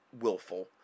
willful